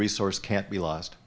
resource can't be lost